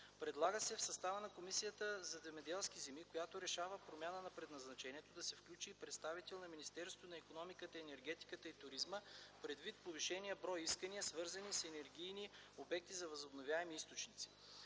Предлага се в състава на Комисията за земеделските земи, която решава промяна на предназначението, да се включи и представител на Министерството на икономиката, енергетиката и туризма, предвид повишения брой искания, свързани с енергийни обекти от възобновяеми източници.